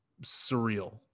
surreal